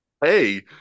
hey